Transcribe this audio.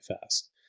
fast